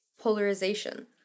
polarization